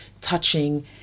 touching